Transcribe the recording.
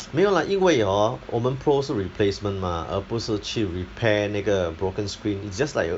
没有 lah 因为 hor 我们 pro 是 replacement mah 而不是去 repair 那个 broken screen it's just like a